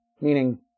meaning